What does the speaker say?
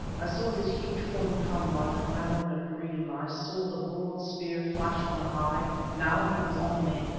i saw his huge form come like a man in a dream, i saw the broad spear flash on high now he was on me!